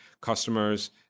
customers